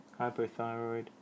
hypothyroid